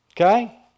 Okay